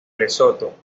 lesoto